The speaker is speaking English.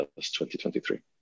2023